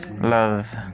Love